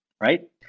right